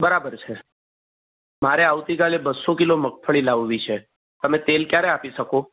બરાબર છે મારે આવતી કાલે બસ્સો કિલો મગફળી લાવવી છે તમે તેલ ક્યારે આપી શકો